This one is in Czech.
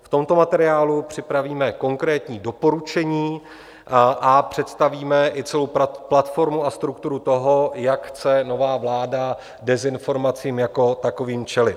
V tomto materiálu připravíme konkrétní doporučení a představíme i celou platformu a strukturu toho, jak chce nová vláda dezinformacím jako takovým čelit.